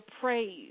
praise